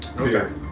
Okay